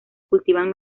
cultivan